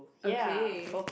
okay